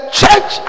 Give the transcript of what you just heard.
church